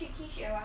err